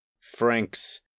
Frank's